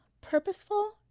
purposeful